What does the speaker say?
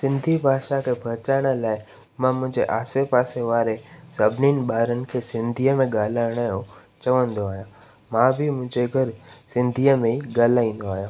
सिंधी भाषा खे बचाइण लाइ मां मुंहिंजे आसे पासे वारे सभिनी ॿारनि खे सिंधीअ में ॻाल्हाइण जो चवंदो आहियां मां बि मुंहिंजे घरु सिंधीअ में ई ॻाल्हाईंदो आहियां